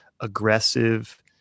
aggressive